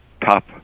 top